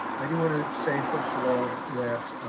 i do wanna say, first of all, that